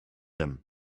him